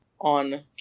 on